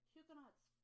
Huguenots